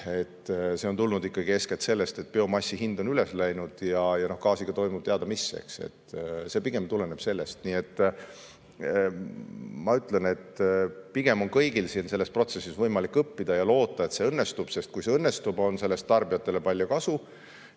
See on tulnud ikkagi eeskätt sellest, et biomassi hind on üles läinud ja gaasiga toimub teadagi mis. See pigem tuleneb sellest. Nii et ma ütlen, et pigem on kõigil siin selles protsessis võimalik õppida ja loota, et see õnnestub, sest kui see õnnestub, on sellest tarbijatele palju kasu.